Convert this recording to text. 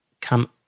come